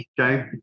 Okay